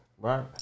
Right